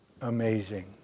Amazing